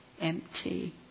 empty